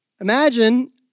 imagine